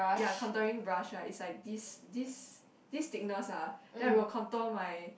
ya contouring brush ah right is like this this this thickness ah then I will contour my